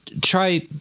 try